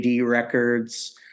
records